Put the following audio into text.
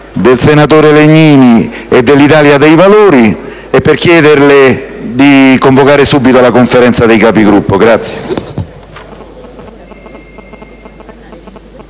del senatore Legnini e dell'Italia dei Valori e per chiederle di convocare subito la Conferenza dei Capigruppo.